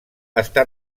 està